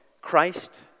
Christ